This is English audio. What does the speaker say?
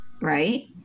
Right